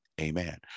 Amen